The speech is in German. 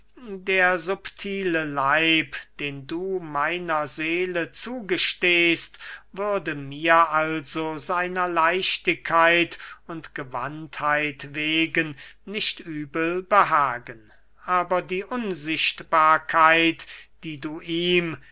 der subtile leib den du meiner seele zugestehst würde mir also seiner leichtigkeit und gewandtheit wegen nicht übel behagen aber die unsichtbarkeit die du ihm